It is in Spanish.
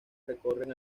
recorren